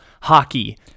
hockey